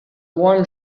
warm